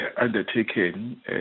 undertaken